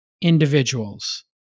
individuals